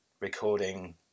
recording